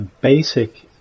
basic